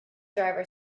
driver